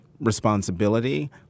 responsibility